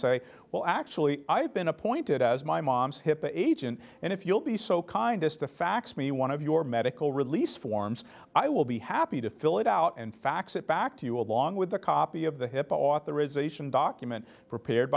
say well actually i've been appointed as my mom's hipaa agent and if you'll be so kind as to fax me one of your medical release forms i will be happy to fill it out and fax it back to you along with a copy of the hip authorization document prepared